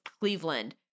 Cleveland